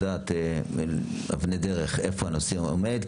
מבקש לדעת אבני דרך איפה הנושא עומד.